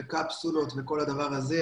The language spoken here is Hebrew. קפסולות וכל הדבר הזה,